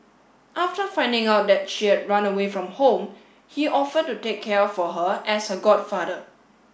after finding out that she had run away from home he offered to take care for her as her godfather